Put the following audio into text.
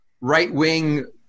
right-wing